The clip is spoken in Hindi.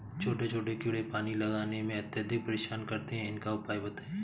छोटे छोटे कीड़े पानी लगाने में अत्याधिक परेशान करते हैं इनका उपाय बताएं?